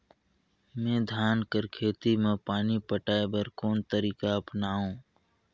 मैं धान कर खेती म पानी पटाय बर कोन तरीका अपनावो?